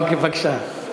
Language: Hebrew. בבקשה.